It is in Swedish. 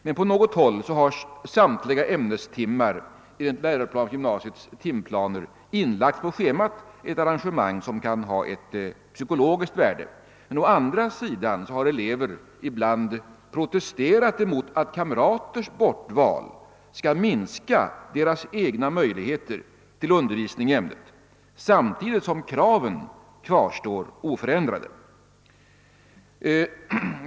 Men på något håll har samtliga ämnestimmar enligt läroplanens timplaner inlagts på schemat, ett arrangemang som kan ha ett psykologiskt värde. Å andra sidan har elever ibland protesterat emot att kamraters bortval skall minska deras egna möjligheter till undervisning i ämnet, samtidigt som kraven kvarstår oförändrade.